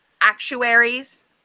actuaries